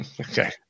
Okay